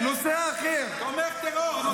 אתה תומך טרור.